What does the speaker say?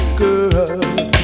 girl